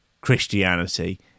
Christianity